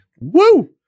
Woo